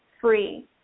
free